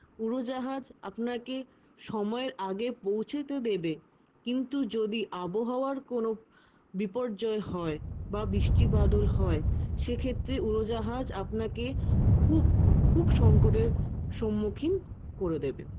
উড়োজাহাজ আপনাকে সময়ের আগে পৌঁছে তো দেবে কিন্তু যদি আবহাওয়ার কোনো বিপর্যয় হয় বা বৃষ্টি বাদল হয় সেক্ষেত্রে উড়োজাহাজ আপনাকে খুব খুব সংকটের সম্মুখীন করে দেবে